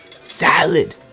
salad